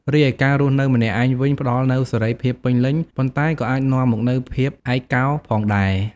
រីឯការរស់នៅម្នាក់ឯងវិញ ផ្ដល់នូវសេរីភាពពេញលេញ ប៉ុន្តែក៏អាចនាំមកនូវភាពឯកកោផងដែរ។